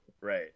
Right